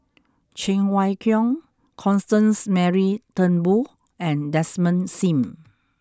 Cheng Wai Keung Constance Mary Turnbull and Desmond Sim